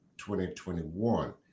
2021